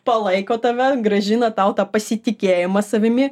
palaiko tave grąžina tau tą pasitikėjimą savimi